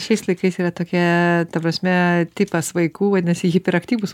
šiais laikais yra tokia ta prasme tipas vaikų vadinasi hiperaktyvūs